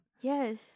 Yes